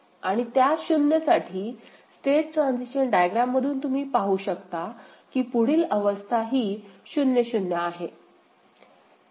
आणि त्या 0 साठी स्टेट ट्रान्सिशन डायग्रॅम मधून तुम्ही पाहू शकता की पुढील अवस्था ही 0 0 आहे